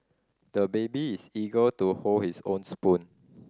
the baby is eager to hold his own spoon